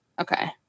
Okay